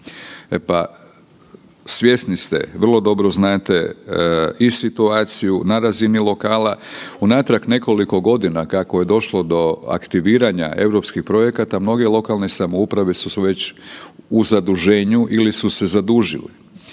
e pa svjesni ste vrlo dobro znate i situaciju na razini lokalna. Unatrag nekoliko godina kako je došlo do aktiviranja europskih projekata mnoge lokalne samouprave su već u zaduženju ili su se zadužili,